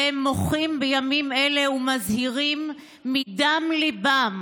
והם מוחים בימים אלה ומזהירים מדם ליבם.